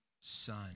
son